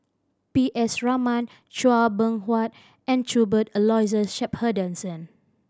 P S Raman Chua Beng Huat and Cuthbert Aloysius Shepherdson